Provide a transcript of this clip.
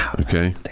okay